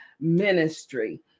ministry